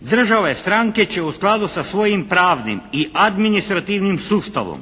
država i stranke će u skladu sa svojim pravnim i administrativnim sustavom